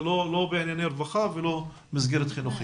לא בענייני רווחה ולא במסגרת חינוכית.